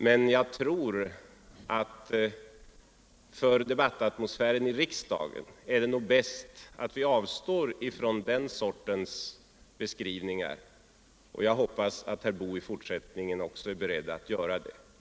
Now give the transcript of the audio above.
Men jag tror att för debattatmosfären i riksdagen är det nog bäst att vi avstår från den sortens beskrivningar, och jag hoppas att herr Boo i fortsättningen också är beredd att göra det.